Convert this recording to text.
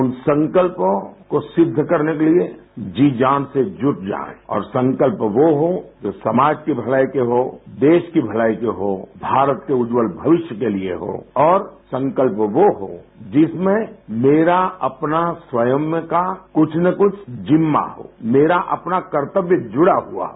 उन संकल्पों को सिद्ध करने के लिए जी जान से जुट जाएँ और संकल्प वो हो जो समाज की भलाई के हो देश की भलाई के हो भारत के उज्ज्वल भविष्य के लिए हो और संकल्प वो हो जैसमें मेरा अपना स्वयं का कूछ न कुछ जिम्मा हो मेरा अपना कर्तव्य जुड़ा हुआ हो